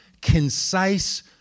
concise